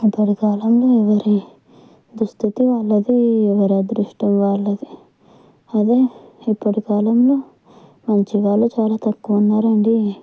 ఇప్పటి కాలంలో ఎవరి దుస్థితి వాళ్ళది ఎవరి అదృష్టం వాళ్ళది అదే ఇప్పటి కాలంలో మంచివాళ్ళు చాలా తక్కువ ఉన్నారు అండి